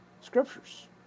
scriptures